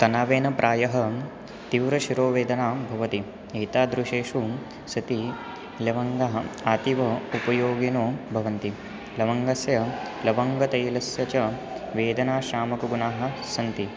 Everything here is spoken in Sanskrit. तनावेन प्रायः तीव्र शिरोवेदनां भवति एतादृशेषु सति लवङ्गः अतीव उपयोगेन भवन्ति लवङ्गस्य लवङ्गतैलस्य च वेदना शमकगुणाः सन्ति